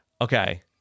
okay